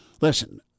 Listen